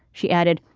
she added,